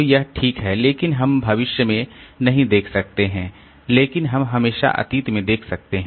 तो यह ठीक है लेकिन हम भविष्य में नहीं देख सकते हैं लेकिन हम हमेशा अतीत में देख सकते हैं